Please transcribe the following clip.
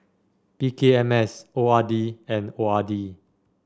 P K M S O R D and O R D